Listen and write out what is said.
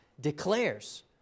declares